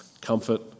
comfort